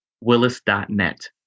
Willis.net